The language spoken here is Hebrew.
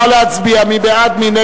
נא להצביע, מי בעד?